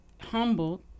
humbled